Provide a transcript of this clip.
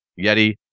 Yeti